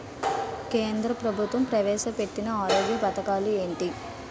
కేంద్ర ప్రభుత్వం ప్రవేశ పెట్టిన ఆరోగ్య పథకాలు ఎంటి?